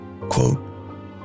quote